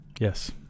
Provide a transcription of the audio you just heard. Yes